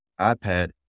iPad